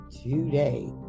today